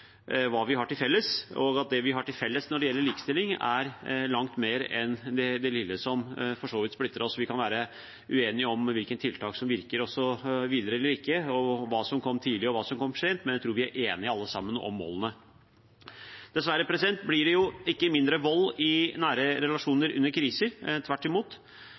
hva vi har til felles, og at det vi har til felles når det gjelder likestilling, er langt mer enn det lille som for så vidt splitter oss. Vi kan være uenige om hvilke tiltak som virker eller ikke virker, om hva som kom tidlig, og hva som kom for sent, men jeg tror vi alle sammen er enige om målene. Dessverre blir det ikke mindre vold i nære relasjoner under kriser, tvert imot.